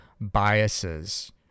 biases